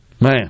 Man